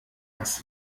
was